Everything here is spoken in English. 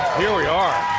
here we are!